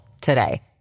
today